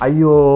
Ayo